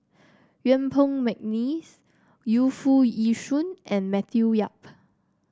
Yuen Peng McNeice Yu Foo Yee Shoon and Matthew Yap